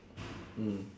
mm